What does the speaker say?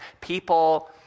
people